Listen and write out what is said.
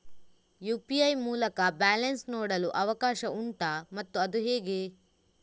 UPI ಮೂಲಕ balance ನೋಡಲು ಅವಕಾಶ ಉಂಟಾ ಮತ್ತು ಅದು ಹೇಗೆ?